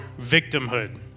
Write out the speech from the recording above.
victimhood